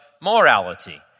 morality